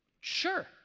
Sure